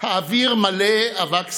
"האוויר מלא אבק שרפה,